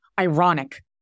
ironic